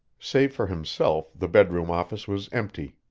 save for himself, the bedroom-office was empty.